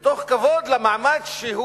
מתוך כבוד למעמד שהוא